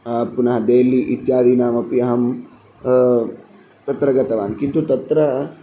पुनः डेल्लि इत्यादीनपि अहम् तत्र गतवान् किन्तु तत्र